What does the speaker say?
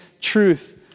truth